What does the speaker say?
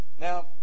Now